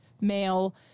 male